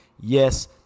Yes